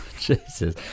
Jesus